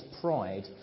pride